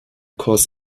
kurs